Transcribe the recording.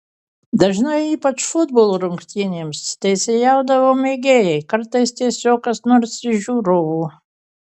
dažnai ypač futbolo rungtynėms teisėjaudavo mėgėjai kartais tiesiog kas nors iš žiūrovų